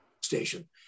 station